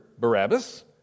Barabbas